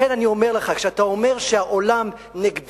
לכן אני אומר לך, כשאתה אומר שהעולם נגדנו,